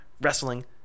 wrestling